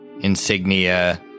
insignia